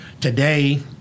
Today